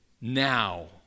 now